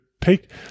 take